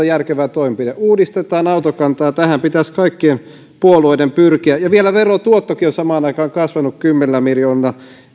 järkevä toimenpide uudistetaan autokantaa tähän pitäisi kaikkien puolueiden pyrkiä ja vielä verotuottokin on samaan aikaan kasvanut kymmenillä miljoonilla